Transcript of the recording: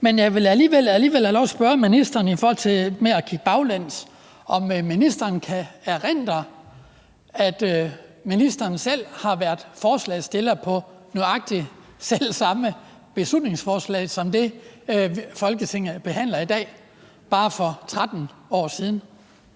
Men jeg vil alligevel have lov at spørge ministeren i forhold til det her med at kigge baglæns, om ministeren kan erindre, at ministeren selv har været forslagsstiller på nøjagtig det samme beslutningsforslag som det, Folketinget behandler i dag, bare for 13 år siden.